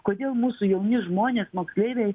kodėl mūsų jauni žmonės moksleiviai